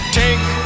take